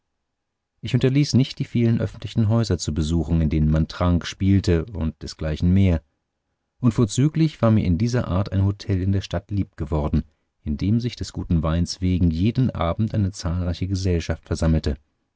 ich unterließ nicht die vielen öffentlichen häuser zu besuchen in denen man trank spielte u d m und vorzüglich war mir in dieser art ein hotel in der stadt lieb geworden in dem sich des guten weins wegen jeden abend eine zahlreiche gesellschaft versammelte